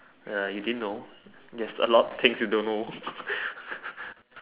ya you didn't know there's a lot things you don't know